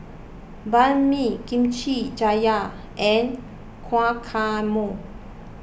Banh Mi Kimchi Jjigae and Guacamole